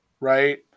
Right